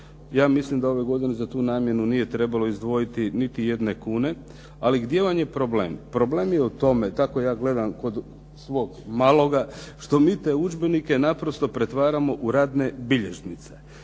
Ja mislim da ove godine za tu namjenu nije trebalo izdvojiti niti jedne kune. Ali gdje vam je problem? Problem je u tom, tako ja gledam kod svog maloga, što mi te udžbenike naprosto pretvaramo u radne bilježnice.